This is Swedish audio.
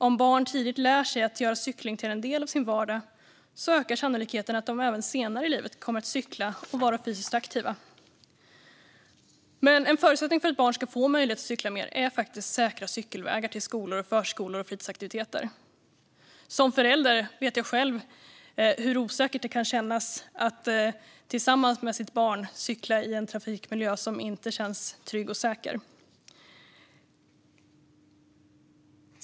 Om barn tidigt lär sig att göra cykling till en del av sin vardag ökar sannolikheten att de även senare i livet kommer att cykla och vara fysiskt aktiva. Men en förutsättning för att barn ska få möjlighet att cykla mer är faktiskt säkra cykelvägar till skolor, förskolor och fritidsaktiviteter. Som förälder vet jag själv hur osäkert det kan kännas att tillsammans med sitt barn cykla i en trafikmiljö som inte känns trygg och säker.